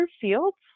fields